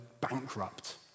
bankrupt